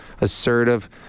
assertive